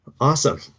Awesome